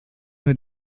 mit